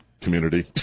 community